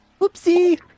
oopsie